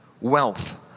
wealth